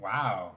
Wow